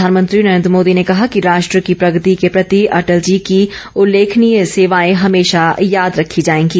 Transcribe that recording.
प्रधानमंत्री नरेन्द्र मोदी ने कहा है कि राष्ट्र की प्रगति के प्रति अटल जी की उल्लेखनीय सेवाएं हमेशा याद रखी जाएंगी